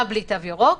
גם בלי תו ירוק.